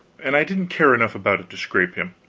and i didn't care enough about it to scrape him,